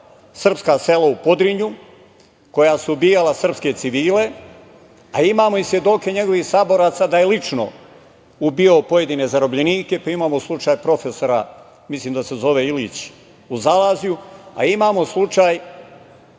srpska sela u Podrinju, koja su ubijala srpske civile, a imamo i svedoke njegovih saboraca da je lično ubijao pojedine zarobljenike, pa imamo slučaj profesora, mislim da se zove Ilić u Zalaziju, a imamo slučaj,